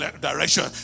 direction